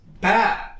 bad